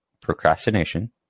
procrastination